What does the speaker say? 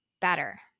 better